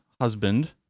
husband